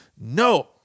No